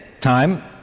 time